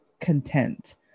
content